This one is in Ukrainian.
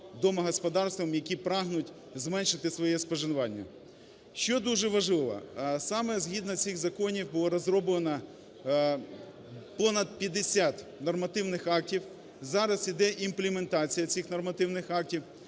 домогосподарствам, які прагнуть зменшити своє споживання. Що дуже важливо. Саме згідно цих законів було розроблено понад 50 нормативних актів. Зараз іде імплементація цих нормативних актів.